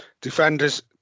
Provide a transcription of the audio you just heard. Defenders